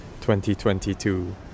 2022